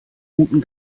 guten